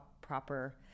proper